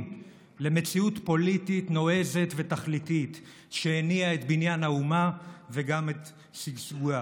למציאות פוליטית נועזת ותכליתית שהניעה את בניין האומה וגם את שגשוגה.